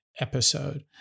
episode